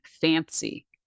fancy